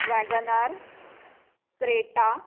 Wagon R Creta